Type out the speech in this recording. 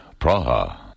Praha